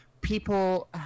people